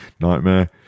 Nightmare